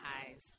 eyes